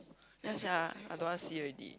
ya sia I don't want see already